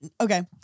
okay